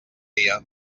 dia